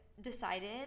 decided